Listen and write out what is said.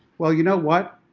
well you know what?